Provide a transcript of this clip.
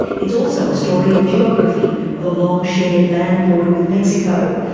it's also a story of geography, of a long, shared land border with mexico,